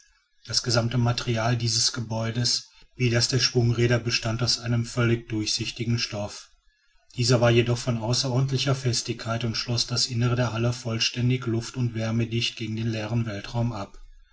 das gesamte material dieses gebäudes wie das der schwungräder bestand aus einem völlig durchsichtigen stoffe dieser war jedoch von außerordentlicher festigkeit und schloß das innere der halle vollständig luft und wärmedicht gegen den leeren weltraum ab